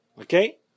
Okay